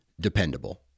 dependable